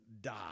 die